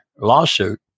lawsuit